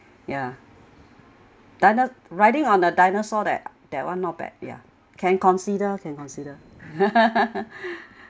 ya dino~ riding on a dinosaur that that one not bad ya can consider can consider